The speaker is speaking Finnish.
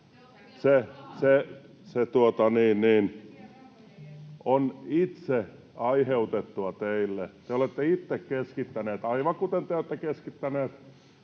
Se on itse aiheutettua. Te olette itse keskittäneet, aivan kuten te olette keskittäneet